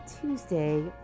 Tuesday